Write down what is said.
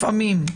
לפעמים,